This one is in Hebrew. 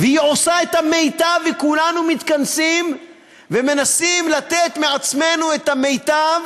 והיא עושה את המיטב וכולנו מתכנסים ומנסים לתת מעצמנו את המיטב